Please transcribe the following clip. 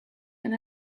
and